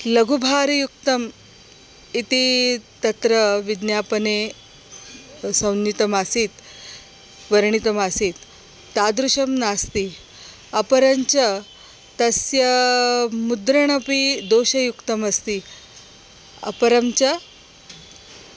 लघुभारयुक्तम् इति तत्र विज्ञापने सौनितम् आसीत् वर्णितमासीत् तादृशं नास्ति अपरञ्च तस्य मुद्रणमपि दोषयुक्तमस्ति अपरञ्च